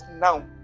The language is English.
now